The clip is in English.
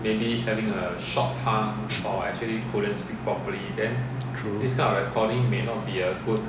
true